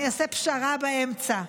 אני אעשה פשרה באמצע.